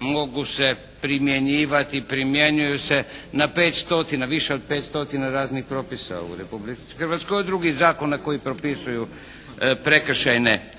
mogu se primjenjivati, primjenjuju se na pet stotina, više od pet stotina raznih propisa u Republici Hrvatskoj i drugih zakona koji propisuju prekršajne